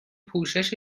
پوشش